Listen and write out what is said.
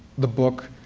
the book,